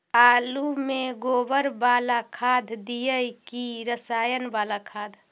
आलु में गोबर बाला खाद दियै कि रसायन बाला खाद?